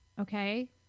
Okay